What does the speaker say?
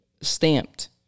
stamped